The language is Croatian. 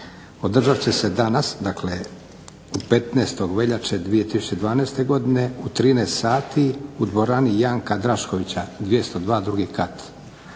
održat će se danas dakle 15. veljače 2012. godine u 12 sati u dvorani Janka Draškovića, 202. drugi kat.